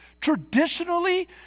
Traditionally